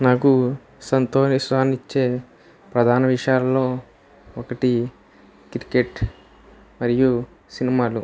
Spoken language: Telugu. నాకు సంతోషాన్ని ఇచ్చే ప్రధాన విషయాల్లో ఒకటి క్రికెట్ మరియు సినిమాలు